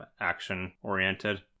action-oriented